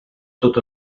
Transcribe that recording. tot